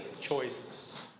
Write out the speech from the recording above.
choices